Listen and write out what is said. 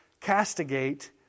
castigate